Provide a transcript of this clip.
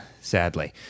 Sadly